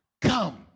come